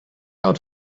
out